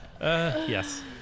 Yes